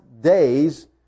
days